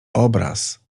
obraz